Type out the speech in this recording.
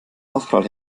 aufprall